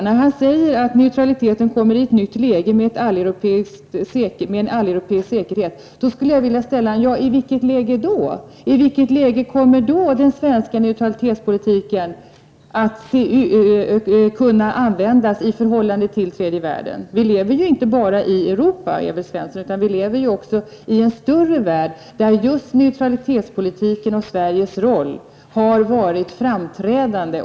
När han säger att neutraliteten kommer i ett nytt läge med en alleuropeisk säkerhet, vill jag fråga: I vilket läge då? I vilket läge kommer den svenska neutralitetspolitiken att kunna användas i förhållande till tredje världen? Det handlar ju inte bara om Europa, Evert Svensson, utan också om en större värld där just neutralitetspolitiken och Sveriges roll som ett neutralt land har varit framträdande.